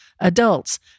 adults